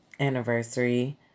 anniversary